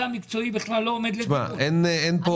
עומד לדיון.